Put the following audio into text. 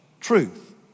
truth